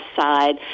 side